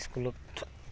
স্কুলত